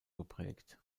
geprägt